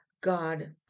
God